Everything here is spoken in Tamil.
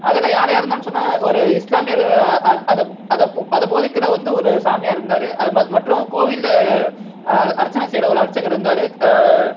அதில் யார் யார் இருந்தார்னு சொன்னால் ஒரு இஸ்லாமியர் அதை அதைப் அதைப் போதிக்கிற வந்து ஒரு சாமியார் இருந்தார் அது மற்றும் கோவிலில் அர்ச்சனை அர்ச்சனை செய்கிற அர்ச்சகர் இருந்தார்